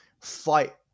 fight